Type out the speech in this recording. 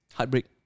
Heartbreak